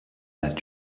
that